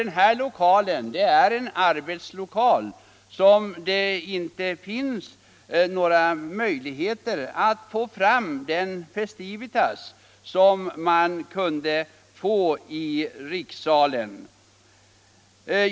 Denna lokal är en arbetslokal, och det finns inga möjligheter att här få fram den festivitas som rikssalen gav.